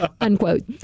Unquote